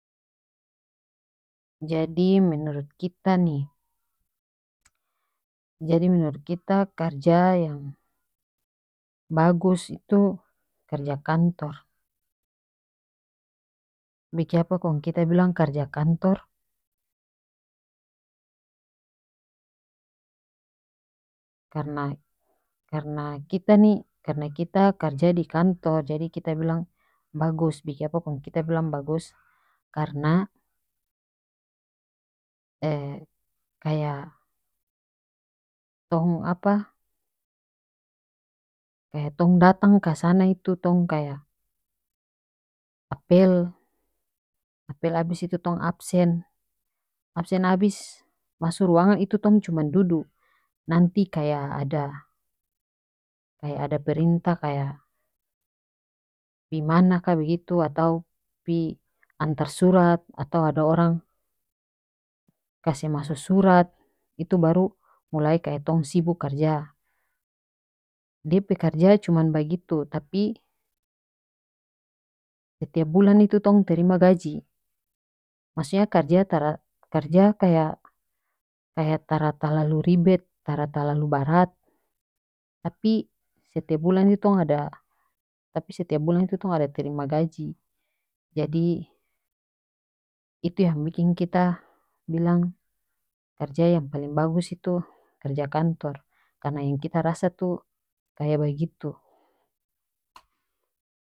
Jadi menurut kita ni jadi menuru kita karja yang bagus itu karja kantor bikiapa kong kita bilang karja kantor karena karena kita ni-karena kita karja di kantor jadi kita bilang bagus bikiapa kong kita bilang bagus karena kaya tong apa tong datang kasana itu tong kaya apel apel abis itu tong absen absen abis maso ruangan itu tong cuma dudu nanti kaya ada-kaya ada perintah kaya pi mana ka bagitu atau pi antar surat atau ada orang kase maso surat itu baru mulai kaya tong sibuk karja dia pe karja cuma bagitu tapi setiap bulan itu tong terima gaji maksudnya karja tara karja kaya kaya tara talalu ribet tara talalu barat tapi setiap bulan itu tong ada-tapi setiap bulan itu tong ada terima gaji jadi itu yang biking kita bilang karja yang paleng bagus itu karja kantor karena yang kita rasa itu kaya bagitu.